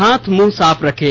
हाथ और मुंह साफ रखें